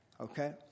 okay